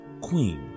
queen